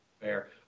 Fair